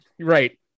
Right